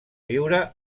viure